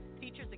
features